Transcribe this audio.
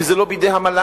אם זה לא בידי המל"ג,